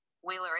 Wheeler